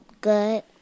Good